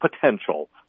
potential